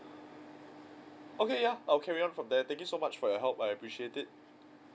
okay ya I'll carry on from there thank you so much for your help I appreciate it